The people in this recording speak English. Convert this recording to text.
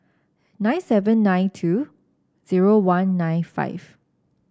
nine seven nine two zero one nine five